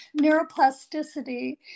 neuroplasticity